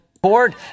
Board